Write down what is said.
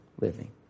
living